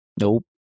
Nope